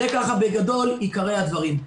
זה, בגדול, עיקרי הדברים.